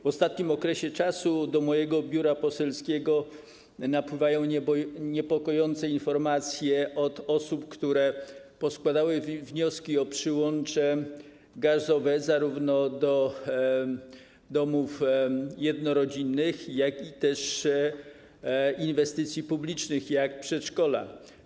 W ostatnim czasie do mojego biura poselskiego napływają niepokojące informacje od osób, które poskładały wnioski o przyłącze gazowe zarówno do domów jednorodzinnych, jak i inwestycji publicznych, takich jak przedszkola.